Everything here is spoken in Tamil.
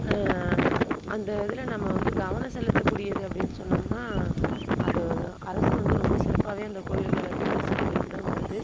அந்த இதில் நம்ம வந்து கவனம் செலுத்தக்கூடியது அப்படின்னு சொன்னோம்னால் அது அரசு வந்து ரொம்ப சிறப்பாகவே அந்த கோயில்கள் எல்லாத்தையும் பிரசித்தி பெற்றுதான் வருது